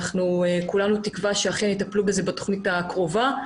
וכולנו תקווה שאכן יטפלו בזה בתוכנית הקרובה.